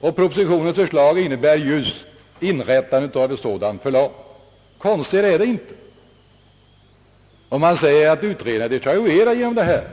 Och propositionens förslag innebär just inrättandet av ett sådant förlag. Konstigare är det inte. Man säger att utredarna desavuerats genom detta.